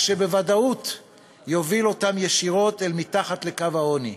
מה שבוודאות יוביל אותם ישירות אל מתחת לקו העוני.